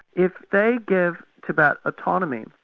if they give tibet autonomy,